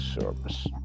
service